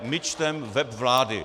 My čteme web vlády.